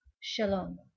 Shalom